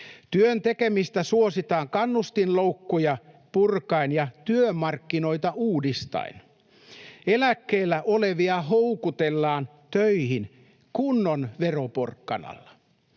Työn tekemistä suositaan kannustinloukkuja purkaen ja työmarkkinoita uudistaen. Eläkkeellä olevia houkutellaan töihin kunnon veroporkkanalla.